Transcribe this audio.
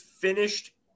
finished